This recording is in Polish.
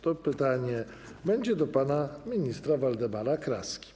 To pytanie będzie do pana ministra Waldemara Kraski.